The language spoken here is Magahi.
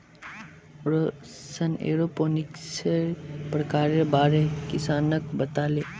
रौशन एरोपोनिक्सेर प्रकारेर बारे किसानक बताले